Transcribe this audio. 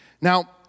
Now